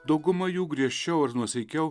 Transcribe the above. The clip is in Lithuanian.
dauguma jų griežčiau ar nuosaikiau